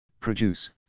produce